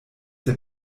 der